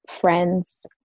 friends